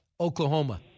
Oklahoma